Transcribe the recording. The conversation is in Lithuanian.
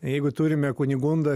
jeigu turime kunigundą